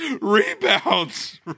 rebounds